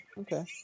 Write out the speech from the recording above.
Okay